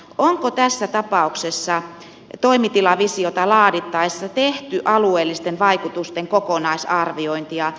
onko tässä tapauksessa toimitilavisiota laadittaessa tehty alueellisten vaikutusten kokonaisarviointia